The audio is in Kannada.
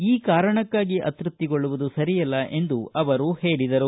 ಈ ಕಾರಣಕ್ಕಾಗಿ ಅತೃಪ್ತಿಗೊಳ್ಳುವುದು ಸರಿಯಲ್ಲ ಎಂದು ಅವರು ಹೇಳಿದರು